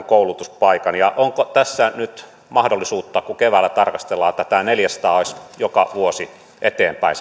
koulutuspaikan onko tässä nyt mahdollisuutta kun keväällä tarkastellaan tätä että neljäsataa olisi se määrä joka vuosi eteenpäin